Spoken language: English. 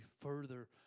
further